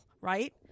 right